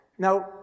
Now